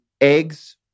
eggs